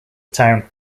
town